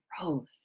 growth